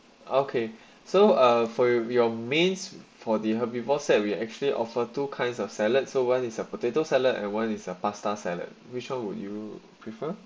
okay so uh for your mains for the herbivores sad we actually offer two kinds of salad so one is a potato salad and one is a pasta salad which one would you prefer